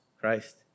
Christ